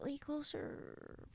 closer